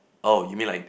oh you mean like